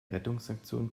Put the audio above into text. rettungsaktion